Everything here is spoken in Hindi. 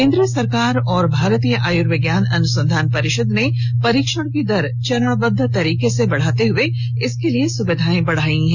केन्द्र सरकार और भारतीय आयुर्विज्ञान अनुसंधान परिषद ने परीक्षण की दर चरणबद्व तरीके से बढाते हुए इसके लिए सुविधाए बढाई हैं